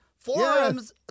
Forums